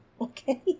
okay